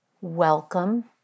welcome